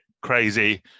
crazy